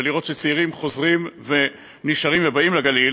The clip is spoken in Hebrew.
ולראות שצעירים חוזרים ונשארים ובאים לגליל.